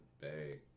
bay